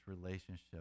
relationship